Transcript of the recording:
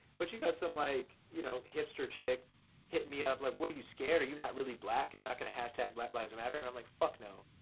but you got some like you know hipster chick hit me up like what are you scared, are you not really black, you're not going hashtag black lives matter? and i'm like fuck no,